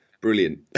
Brilliant